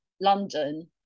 London